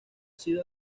sido